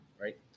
right